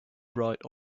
bright